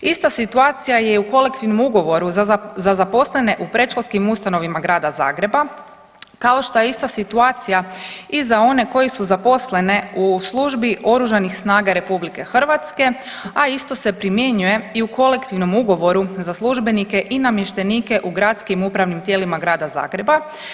Ista situacija je i u Kolektivnom ugovoru za zaposlene u predškolskim ustanovama Grada Zagreba kao šta je ista situacija i za one koji su zaposlene u službi Oružanih snaga RH, a isto se primjenjuje i u Kolektivnom ugovoru za službenike i namještenike u gradskim upravnim tijelima Grada Zagreba.